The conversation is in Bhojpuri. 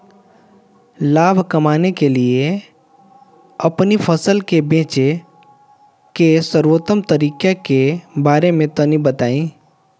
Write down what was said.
लाभ कमाने के लिए अपनी फसल के बेचे के सर्वोत्तम तरीके के बारे में तनी बताई?